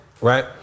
Right